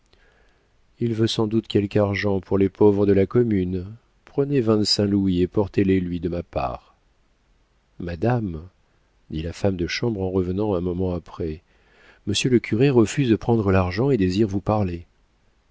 il veut sans doute quelque argent pour les pauvres de la commune prenez vingt-cinq louis et portez les lui de ma part madame dit la femme de chambre en revenant un moment après monsieur le curé refuse de prendre l'argent et désire vous parler